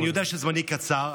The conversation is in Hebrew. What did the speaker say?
אני יודע שזמני קצר.